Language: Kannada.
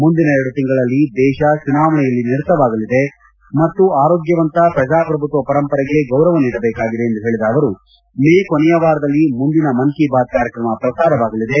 ಮುಂದಿನ ಎರಡು ತಿಂಗಳಲ್ಲಿ ದೇಶ ಚುನಾವಣೆಯಲ್ಲಿ ನಿರತವಾಗಲಿದೆ ಮತ್ತು ಆರೋಗ್ಯವಂತ ಪ್ರಜಾಪ್ರಭುತ್ವ ಪರಂಪರೆಗೆ ಗೌರವ ನೀಡಬೇಕಾಗಿದೆ ಎಂದು ಪೇಳಿದ ಅವರು ಮೇ ಕೊನೆಯ ವಾರದಲ್ಲಿ ಮುಂದಿನ ಮನ್ ಕಿ ಬಾತ್ ಕಾರ್ಯತ್ರಮ ಪ್ರಸಾರವಾಗಲಿದೆ